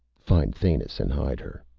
find thanis, and hide her.